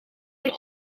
van